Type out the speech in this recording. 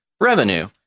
revenue